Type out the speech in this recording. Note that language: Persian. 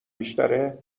بیشتره